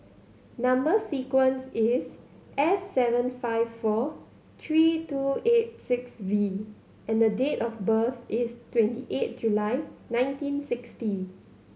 number sequence is S seven five four three two eight six V and date of birth is twenty eight July nineteen sixty